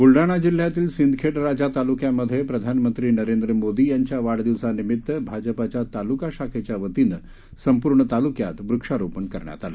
बुलढाणा जिल्ह्यातील सिंदखेड राजा तालुक्यामध्ये प्रधानमंत्री नरेंद्र मोदी यांच्या वाढदिवसानिमित्त भाजपाच्या तालुका शाखेच्या वतीनं संपूर्ण तालुक्यात वृक्षारोपण करण्यात आलं